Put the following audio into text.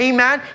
Amen